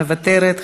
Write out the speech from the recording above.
מוותרת,